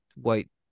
white